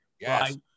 yes